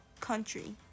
country